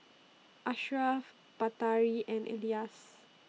Ashraf Batari and Elyas